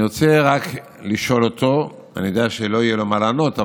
אני רק רוצה לשאול אותו אני יודע שלא יהיה לו מה לענות,